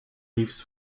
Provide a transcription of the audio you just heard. leaves